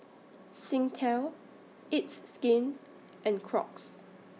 Singtel It's Skin and Crocs